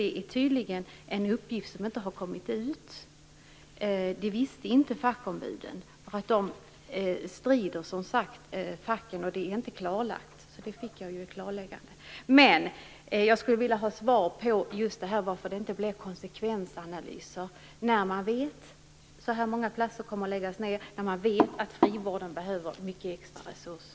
Detta är tydligen en uppgift som inte har kommit ut. Fackombuden känner inte till detta, eftersom detta inte varit klarlagt. Men nu fick jag ju ett klarläggande. Men jag skulle vilja ha ett svar på varför det inte har gjorts konsekvensanalyser när man vet hur många platser som skall skäras ned och att frivården behöver mycket extra resurser.